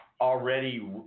already